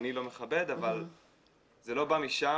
הבעיה היא לא שנרטבתי ולא באתי לפה כדי להגיש קבלות על ניקוי יבש,